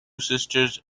sisters